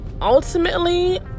ultimately